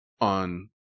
on